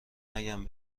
نگم